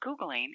Googling